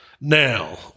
Now